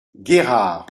guérard